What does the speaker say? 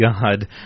God